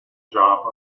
job